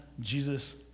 Jesus